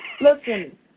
Listen